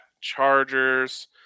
Chargers